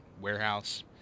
warehouse